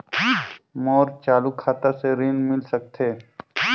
मोर चालू खाता से ऋण मिल सकथे?